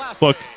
Look